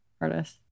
artist